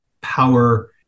power